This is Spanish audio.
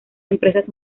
empresas